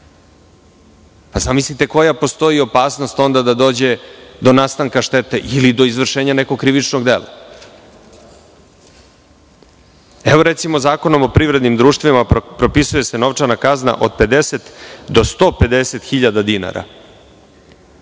Zamislite koja opasnost onda postoji da dođe do nastanka štete ili do izvršenja nekog krivičnog dela. Recimo, Zakonom o privrednim društvima propisuje se novčana kazna od 50.000 do 150.000 dinara